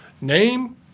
name